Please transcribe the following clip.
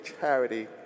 charity